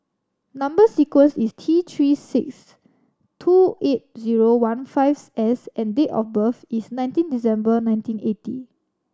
number sequence is T Three six two eight zero one fives S and date of birth is nineteen December nineteen eighty